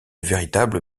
véritable